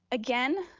again,